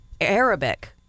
Arabic